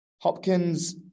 Hopkins